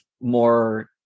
more